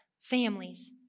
families